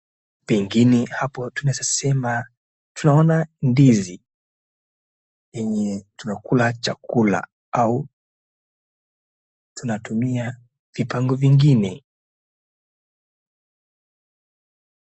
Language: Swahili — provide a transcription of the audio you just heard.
Pengine hapo tunaeza sema tunaona ndizi yenye tunakula chakula au tunatumia vipango vingine.